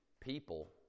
people